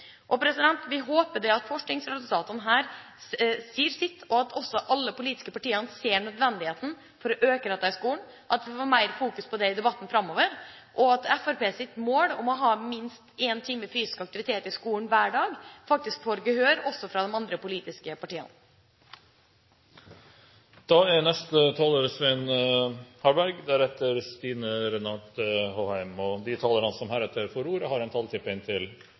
Vi håper at forskningsresultatene her sier sitt, og at også alle de politiske partiene ser nødvendigheten av å øke dette i skolen, at vi fokuserer mer på det i debatten framover, og at Fremskrittspartiets mål om å ha minst én time fysisk aktivitet i skolen hver dag faktisk får gehør også hos de andre politiske partiene. De talere som heretter får ordet, har en taletid på inntil 3 minutter. Jeg vil slutte meg til dem som har uttrykt glede over at vi nå har en